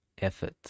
effort